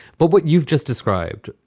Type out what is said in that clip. but what you've just described,